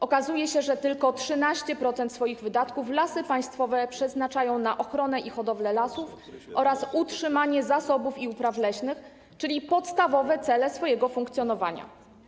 Okazuje się, że tylko 13% swoich wydatków Lasy Państwowe przeznaczają na ochronę i hodowlę lasów oraz utrzymanie zasobów i upraw leśnych, czyli podstawowe cele swojego funkcjonowania.